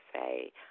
say